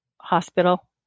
Hospital